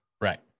right